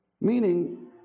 meaning